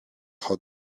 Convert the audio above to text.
how